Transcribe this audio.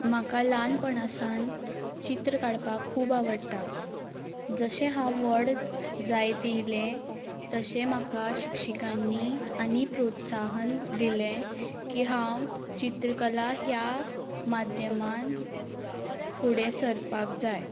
म्हाका ल्हानपणा सावन चित्र काडपाक खूब आवडटा जशें हांव व्हड जायत येयलें तशें म्हाका शिक्षिकांनी आनी प्रोत्साहन दिलें की हांव चित्रकला ह्या माध्यमान फुडें सरपाक जाय